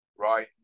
right